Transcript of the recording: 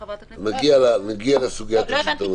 נגיע לסוגיית השלטון המקומי.